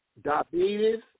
Diabetes